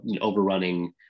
overrunning